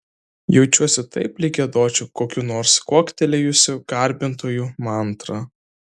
jaučiuosi taip lyg giedočiau kokių nors kuoktelėjusių garbintojų mantrą